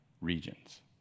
regions